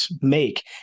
make